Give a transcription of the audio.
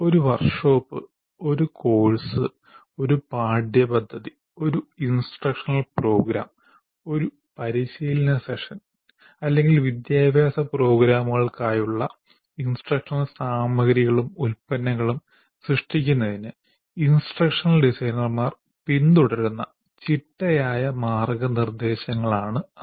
ഒരു വർക്ക്ഷോപ്പ് ഒരു കോഴ്സ് ഒരു പാഠ്യപദ്ധതി ഒരു ഇൻസ്ട്രക്ഷണൽ പ്രോഗ്രാം ഒരു പരിശീലന സെഷൻ അല്ലെങ്കിൽ വിദ്യാഭ്യാസ പ്രോഗ്രാമുകൾക്കായുള്ള ഇൻസ്ട്രക്ഷണൽ സാമഗ്രികളും ഉൽപ്പന്നങ്ങളും സൃഷ്ടിക്കുന്നതിന് ഇൻസ്ട്രക്ഷണൽ ഡിസൈനർമാർ പിന്തുടരുന്ന ചിട്ടയായ മാർഗ്ഗനിർദ്ദേശങ്ങളാണ് അവ